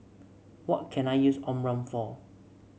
what can I use Omron for